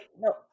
no